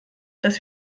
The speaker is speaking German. dass